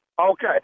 Okay